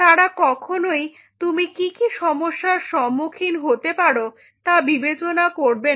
তারা কখনই তুমি কি কি সমস্যার সম্মুখীন হতে পারো তা বিবেচনা করবে না